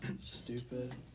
stupid